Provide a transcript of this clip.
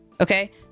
Okay